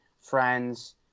friends